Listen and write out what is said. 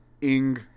Ing